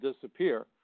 disappear